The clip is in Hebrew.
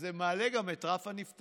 אז גם זה מעלה את רף הנפטרים.